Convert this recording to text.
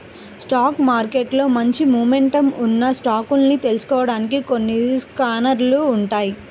stock మార్కెట్లో మంచి momentum ఉన్న స్టాకుల్ని తెలుసుకోడానికి కొన్ని స్కానర్లు ఉంటాయ్